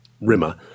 Rimmer